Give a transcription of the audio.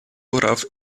worauf